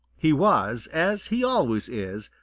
he was, as he always is,